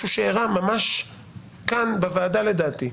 אגב, משהו שאירע ממש כאן בוועדה לדעתי.